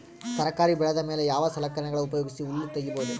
ತರಕಾರಿ ಬೆಳದ ಮೇಲೆ ಯಾವ ಸಲಕರಣೆಗಳ ಉಪಯೋಗಿಸಿ ಹುಲ್ಲ ತಗಿಬಹುದು?